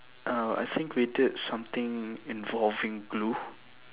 uh I think we did something involving glue